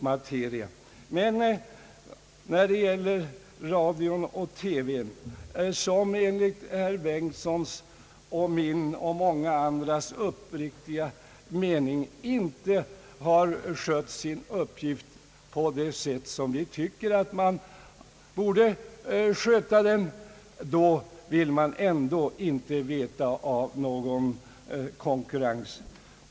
Men när det gäller radio och TV, som enligt herr Bengtsons, min och många andras uppriktiga mening inte har skötts på ett riktigt sätt, då vill man ändå inte veta av någon konkurrens.